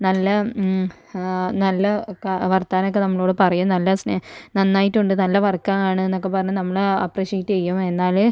നല്ല നല്ല ക വർത്തമാനമൊക്കെ നമ്മളോട് പറയും നല്ല സ്നേ നന്നായിട്ടുണ്ട് നല്ല വർക്കാണ് എന്നൊക്കെ പറഞ്ഞു നമ്മളെ അപ്പ്രിഷിയേറ്റ് ചെയ്യും എന്നാലെ